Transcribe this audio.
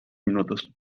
minutos